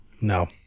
No